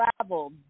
travel